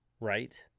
right